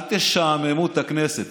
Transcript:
אל תשעממו את הכנסת.